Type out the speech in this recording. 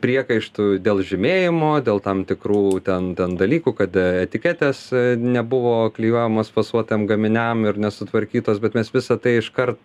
priekaištų dėl žymėjimo dėl tam tikrų ten dalykų kad etiketės nebuvo klijuojamos fasuotiem gaminiam ir nesutvarkytos bet mes visa tai iškart